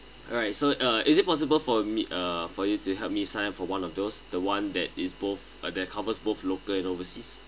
alright so uh is it possible for me uh for you to help me sign up for one of those the [one] that is both uh that covers both local and overseas